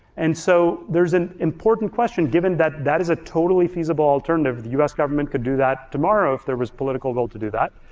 and so, there's an important question given that that is a totally feasible alternative, the us government could do that tomorrow if there was political will to do that.